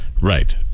Right